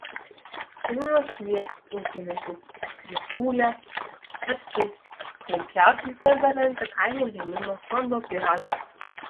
seniūnas kvies ūkininkų krivūlę svarstys kaip pjaustyti ir dalinti kaimo rėmimo fondo pyragą